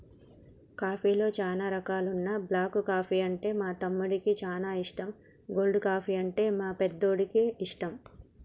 కాఫీలో చానా రకాలున్న బ్లాక్ కాఫీ అంటే మా తమ్మునికి చానా ఇష్టం, కోల్డ్ కాఫీ, అంటే మా పెద్దోడికి ఇష్టం